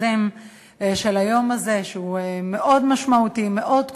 היוזם של היום הזה, שהוא מאוד משמעותי, מאוד כואב.